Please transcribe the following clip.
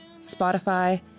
Spotify